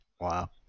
Wow